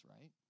right